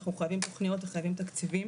אנחנו חייבים תכניות וחייבים תקציבים.